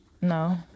No